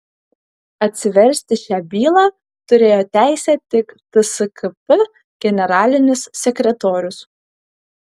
atsiversti šią bylą turėjo teisę tik tskp generalinis sekretorius